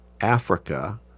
Africa